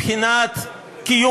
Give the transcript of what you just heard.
מבחינת גביית מסים,